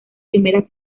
primeras